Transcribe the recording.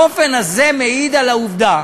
האופן הזה מעיד על העובדה